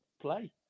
play